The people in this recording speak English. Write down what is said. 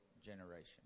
generation